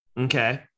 okay